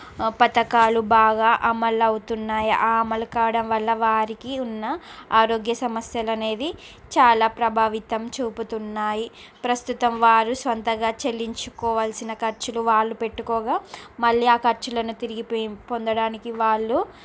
పథకాలు బాగా అమలవుతున్నాయి ఆ అమలు కావటం వల్ల వారికి ఉన్న ఆరోగ్య సమస్యలు అనేది చాలా ప్రభావితం చూపుతున్నాయి ప్రస్తుతం వారు సొంతగా చెల్లించు కోవల్సిన ఖర్చులు వాళ్ళు పెట్టుకోగా మళ్ళీ ఆ ఖర్చులను తిరిగి పే పొందడానికి వాళ్ళు